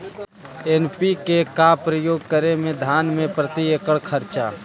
NPK का प्रयोग करे मे धान मे प्रती एकड़ खर्चा?